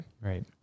right